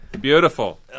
Beautiful